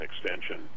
extension